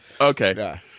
Okay